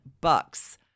bucks